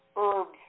herbs